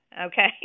okay